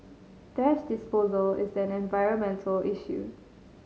thrash disposal is an environmental issue